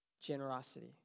Generosity